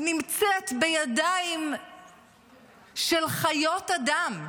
נמצאת בידיים של חיות אדם,